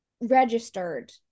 registered